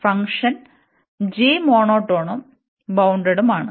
function g മോണോടോണും ബൌൺഡടുമാണ്